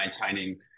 maintaining